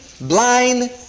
blind